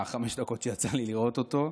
בחמש דקות שיצא לי לראות אותו,